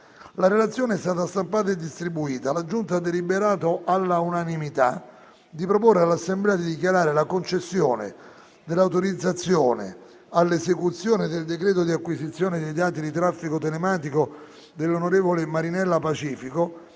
sopra esposte argomentazioni, la Giunta ha deliberato all'unanimità di proporre all'Assemblea di dichiarare la concessione dell'autorizzazione all'esecuzione del decreto di acquisizione dei dati di traffico telematico dell'onorevole Pacifico,